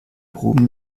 hohem